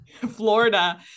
Florida